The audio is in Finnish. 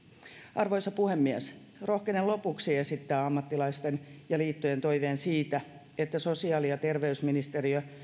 arvoisa puhemies rohkenen lopuksi esittää ammattilaisten ja liittojen toiveen siitä että sosiaali ja terveysministeriö